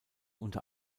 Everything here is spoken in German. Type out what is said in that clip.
unter